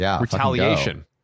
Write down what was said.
retaliation